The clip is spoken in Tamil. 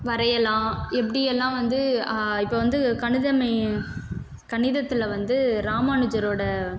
வரையலாம் எப்படி எல்லாம் வந்து இப்போ வந்து கணித கணிதத்தில் வந்து ராமானுஜரோட